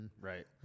Right